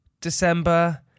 December